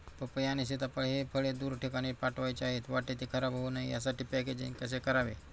पपई आणि सीताफळ हि फळे दूर ठिकाणी पाठवायची आहेत, वाटेत ति खराब होऊ नये यासाठी पॅकेजिंग कसे करावे?